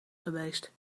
geweest